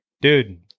dude